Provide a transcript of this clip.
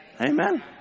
Amen